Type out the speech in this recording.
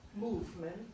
movement